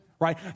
right